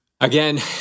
Again